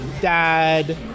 dad